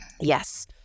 Yes